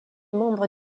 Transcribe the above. membre